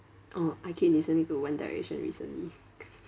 oh I keep listening to one direction recently